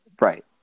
Right